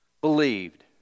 believed